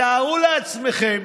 תארו לעצמכם